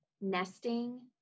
nesting